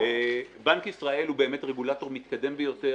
בנק ישראל הוא רגולטור מתקדם ביותר,